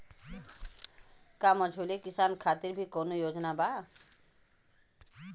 का मझोले किसान खातिर भी कौनो योजना बा?